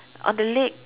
on the leg